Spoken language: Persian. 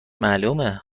معلومه